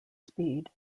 speed